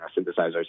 synthesizers